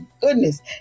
goodness